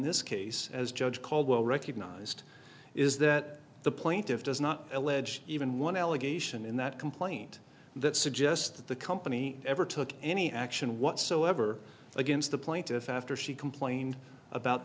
this case as judge caldwell recognized is that the plaintiff does not a ledge even one allegation in that complaint that suggests that the company ever took any action whatsoever against the plaintiff after she complained about